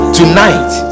tonight